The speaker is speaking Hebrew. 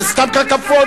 זו סתם קקופוניה.